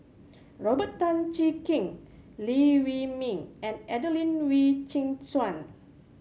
Robert Tan Jee Keng Liew Wee Mee and Adelene Wee Chin Suan